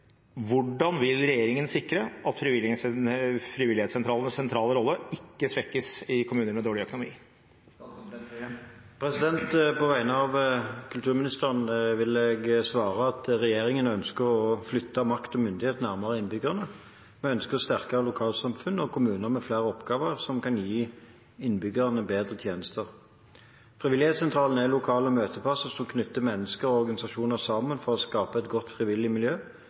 Hvordan vil regjeringen sikre at frivilligsentralenes sentrale rolle ikke svekkes i kommuner med dårlig økonomi?» På vegne av kulturministeren vil jeg svare at regjeringen ønsker å flytte makt og myndighet nærmere innbyggerne. Vi ønsker sterkere lokalsamfunn og kommuner med flere oppgaver som kan gi innbyggerne bedre tjenester. Frivillighetssentralene er lokale møteplasser som knytter mennesker og organisasjoner sammen for å skape et godt frivillig miljø,